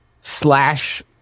slash